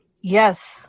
Yes